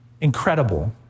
Incredible